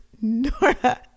Nora